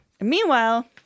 Meanwhile